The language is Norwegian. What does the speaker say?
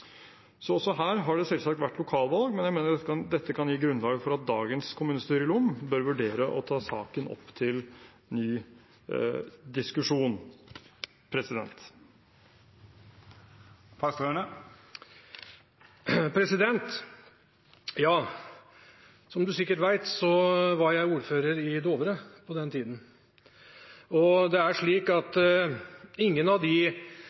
Også her har det selvsagt vært lokalvalg, men jeg mener dette kan gi grunnlag for at dagens kommunestyre i Lom bør vurdere å ta saken opp til ny diskusjon. Som statsråden sikkert vet, var jeg ordfører i Dovre på den tiden, og ingen av de vurderingene vi gjorde, hadde noe med om det